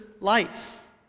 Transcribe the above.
life